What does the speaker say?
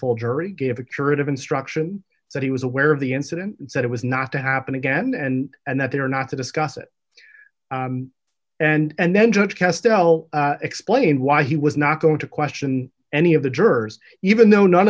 full jury gave a curative instruction that he was aware of the incident and said it was not to happen again and and that they were not to discuss it and then judge test l explain why he was not going to question any of the jurors even though none